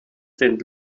sind